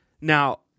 Now